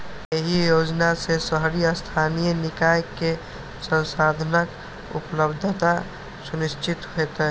एहि योजना सं शहरी स्थानीय निकाय कें संसाधनक उपलब्धता सुनिश्चित हेतै